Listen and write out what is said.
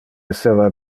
esseva